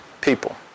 people